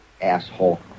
Asshole